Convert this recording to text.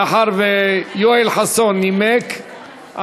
מאחר שיואל חסון נימק,